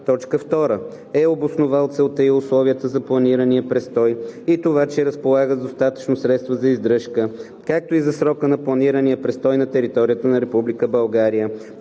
2. е обосновал целта и условията на планирания престой и това, че разполага с достатъчно средства за издръжка както за срока на планирания престой на територията на